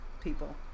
people